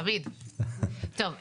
קודם כל,